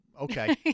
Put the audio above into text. Okay